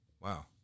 Wow